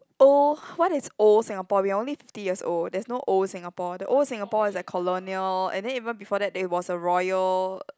old what is old Singapore we are only fifty years old there's no old Singapore the old Singapore is a colonial and then even before that there was a royal